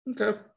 Okay